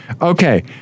okay